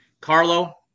Carlo